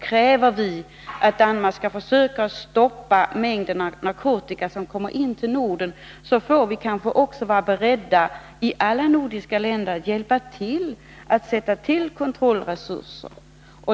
Kräver vi att Danmark skall försöka stoppa mängderna narkotika som kommer till Norden, får vi också i alla nordiska länder vara beredda att hjälpa till och sätta in kontrollresurser.